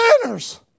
sinners